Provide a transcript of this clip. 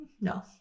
no